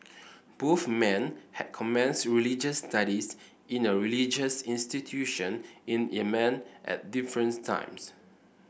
both men had commenced religious studies in a religious institution in Yemen at difference times